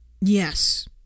Yes